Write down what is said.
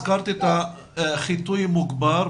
הזכרת חיטוי מוגבר.